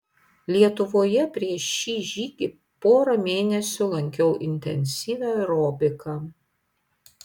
lietuvoje prieš šį žygį porą mėnesių lankiau intensyvią aerobiką